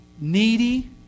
needy